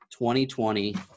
2020